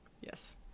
Yes